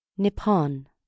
Nippon